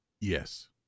Yes